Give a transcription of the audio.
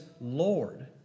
Lord